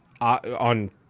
on